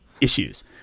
issues